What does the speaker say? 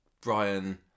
Brian